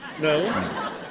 No